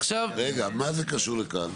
מה זה קשור לכאן?